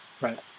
Right